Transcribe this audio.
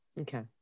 Okay